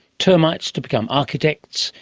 termites to become architects,